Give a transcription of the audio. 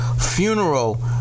funeral